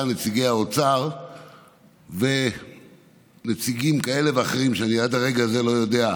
נציגי האוצר ונציגים כאלה ואחרים אני עד הרגע הזה לא יודע,